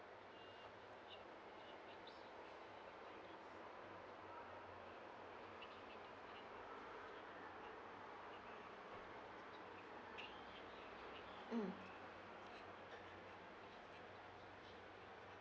mm mm